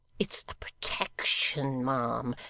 it's a protection, ma'am.